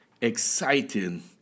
exciting